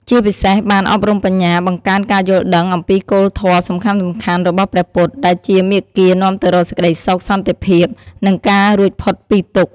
ជាពិសេសបាន អប់រំបញ្ញា បង្កើនការយល់ដឹងអំពីគោលធម៌សំខាន់ៗរបស់ព្រះពុទ្ធ ដែលជាមាគ៌ានាំទៅរកសេចក្ដីសុខ សន្តិភាព និងការរួចផុតពីទុក្ខ។